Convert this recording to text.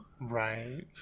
Right